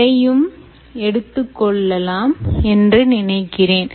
இதையும் எடுத்துக்கொள்ளலாம் என்று நினைக்கிறேன்